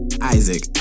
Isaac